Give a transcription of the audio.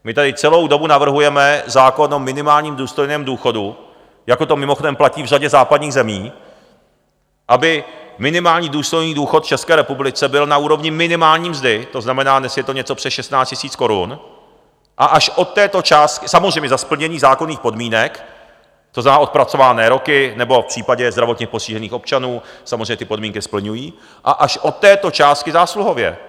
My tady celou dobu navrhujeme zákon o minimálním důstojném důchodu, jak to mimochodem platí v řadě západních zemí, aby minimální důstojný důchod v České republice byl na úrovni minimální mzdy, to znamená, dnes je to něco přes 16 000 korun, a až od této částky samozřejmě za splnění zákonných podmínek, to znamená odpracované roky, nebo v případě zdravotně postižených občanů, samozřejmě ty podmínky splňují a až od této částky zásluhově.